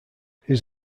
his